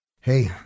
hey